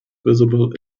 visible